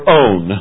own